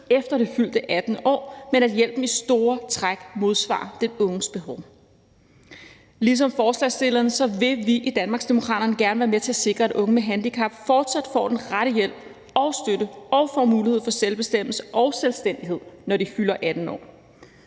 efter det fyldte 18. år, men at hjælpen i store træk modsvarer den unges behov. Ligesom forslagsstillerne vil vi i Danmarksdemokraterne gerne være med til at sikre, at unge med handicap fortsat får den rette hjælp og støtte og får mulighed for selvbestemmelse og selvstændighed, når de fylder 18 år.